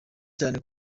cyane